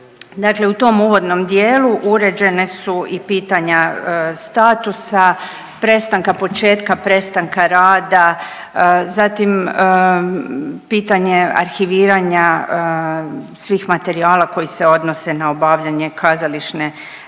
Dakle, u tom uvodnom dijelu uređene su i pitanja statusa, prestanka početka prestanka rada, zatim pitanje arhiviranja svih materijala koji se odnose na obavljanje kazališne